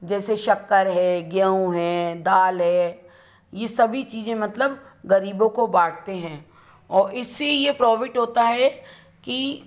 जैसे शक्कर है गेहूँ है दाल है यह सभी चीज़ें मतलब गरीबों को बाँटते हैं और इससे यह प्रोफिट होता है कि